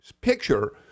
picture